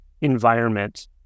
environment